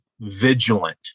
vigilant